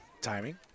timing